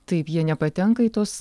taip jie nepatenka į tuos